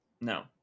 no